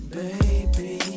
baby